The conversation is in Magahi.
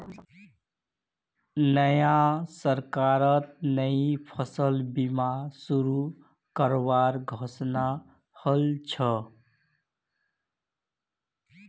नया सरकारत नई फसल बीमा शुरू करवार घोषणा हल छ